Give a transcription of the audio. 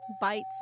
bites